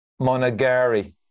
Monagari